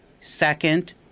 second